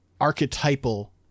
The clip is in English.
archetypal